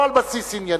לא על בסיס ענייני.